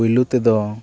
ᱯᱳᱭᱞᱳ ᱛᱮᱫᱚ